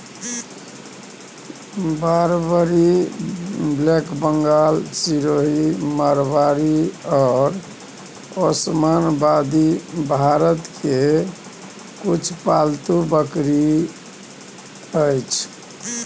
Barbari, black Bengal, Sirohi, Marwari आ ओसमानाबादी भारतक किछ पालतु बकरी छै